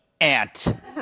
ant